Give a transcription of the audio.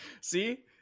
See